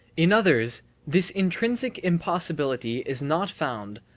in others this intrinsic impossibility is not found,